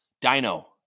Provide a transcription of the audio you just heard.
Dino